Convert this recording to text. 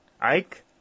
Ike